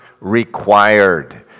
required